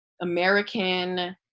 American